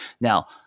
Now